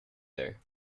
there